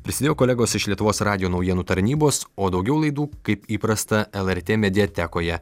prisidėjo kolegos iš lietuvos radijo naujienų tarnybos o daugiau laidų kaip įprasta lrt mediatekoje